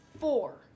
four